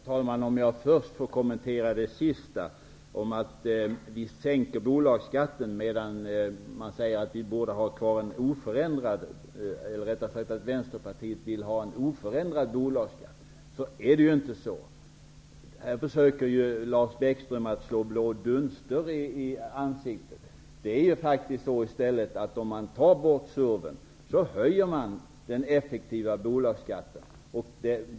Herr talman! Jag vill först kommentera det som Lars Bäckström sade sist, nämligen att vi vill sänka bolagsskatten och att Vänsterpartiet vill ha kvar en oförändrad bolagsskatt. Det är inte så. Lars Bäckström försöker slå blå dunster i ögonen på oss. Tar man bort SURVEN höjs i praktiken den effektiva bolagsskatten.